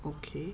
okay